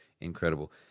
Incredible